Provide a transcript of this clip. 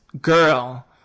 girl